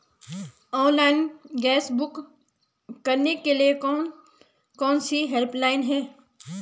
Online gas book करने के लिए कौन कौनसी हेल्पलाइन हैं?